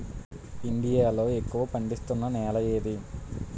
India లో ఎక్కువ పండిస్తున్నా నేల ఏది?